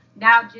now